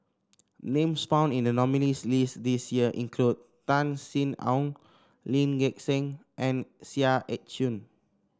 names found in the nominees' list this year include Tan Sin Aun Lee Gek Seng and Seah Eu Chin